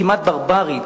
כמעט ברברי,